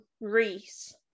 Reese